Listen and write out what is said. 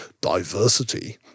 diversity